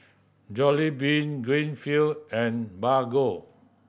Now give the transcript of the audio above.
Jollibean Greenfield and Bargo